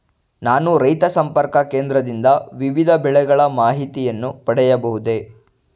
ನಾನು ರೈತ ಸಂಪರ್ಕ ಕೇಂದ್ರದಿಂದ ವಿವಿಧ ಬೆಳೆಗಳ ಮಾಹಿತಿಯನ್ನು ಪಡೆಯಬಹುದೇ?